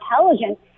intelligence